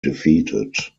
defeated